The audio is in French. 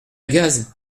gaz